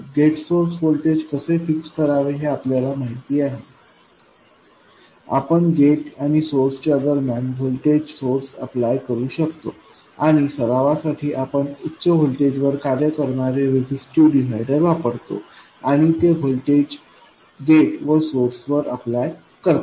gate source voltage कसे fix करावे हे आपल्याला माहित आहे आपण गेट आणि सोर्सच्या दरम्यान व्होल्टेज सोर्स अप्लाय करू शकतो आणि सरावासाठी आपण उच्च व्होल्टेजवर कार्य करणारे रेज़िस्टिव्ह डिव्हायडर वापरतो आणि ते व्होल्टेज गेट व सोर्सवर अप्लाय करतो